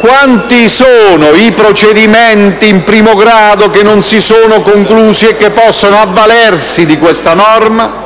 Quanti sono i procedimenti in primo grado che non si sono conclusi e che possono avvalersi di questa norma?